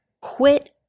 quit